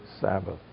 Sabbath